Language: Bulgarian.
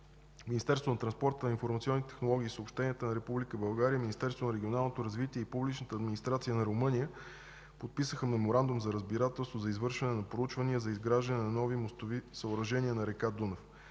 Министерството на транспорта, информационните технологии и съобщенията на Република България, Министерството на регионалното развитие и Публичната администрация на Румъния подписаха Меморандум за разбирателство за извършване на проучвания за изграждане на нови мостови съоръжения на река Дунав.